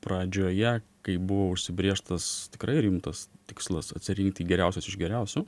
pradžioje kai buvo užsibrėžtas tikrai rimtas tikslas atsirinkti geriausius iš geriausių